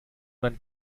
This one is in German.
man